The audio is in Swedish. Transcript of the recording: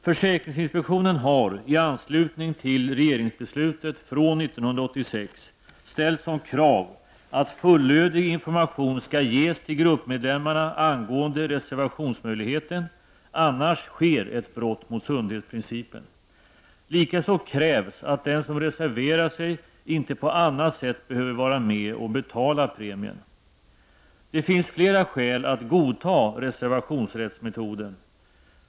Försäkringsinspektionen har, i anslutning till regeringsbeslutet från 1986, ställt som krav att fullödig information skall ges till gruppmedlemmarna angående reservationsmöjligheten -- annars sker ett brott mot sundhetsprincipen. Likaså krävs att den som reserverar sig inte på annat sätt behöver vara med och betala premien. Det finns flera skäl att godta reservationsrättsmetoden.